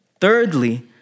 Thirdly